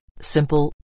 simple